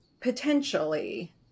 potentially